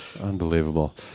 unbelievable